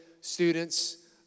students